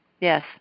yes